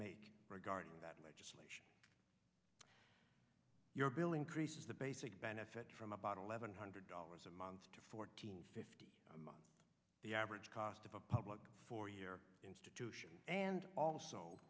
make regarding that legislation your bill increases the basic benefit from about eleven hundred dollars a month to fourteen fifty the average cost of a public four year institution and also